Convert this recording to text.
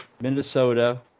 Minnesota